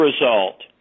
result